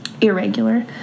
irregular